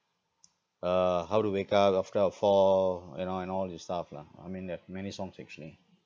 uh how to wake up after a fall you know and all these stuff lah I mean they have many songs actually